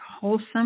wholesome